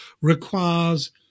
requires